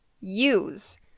use